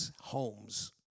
homes